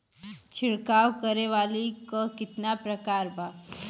छिड़काव करे वाली क कितना प्रकार बा?